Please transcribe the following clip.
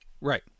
right